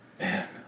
man